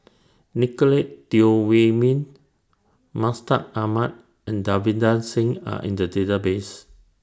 Nicolette Teo Wei Min Mustaq Ahmad and Davinder Singh Are in The Database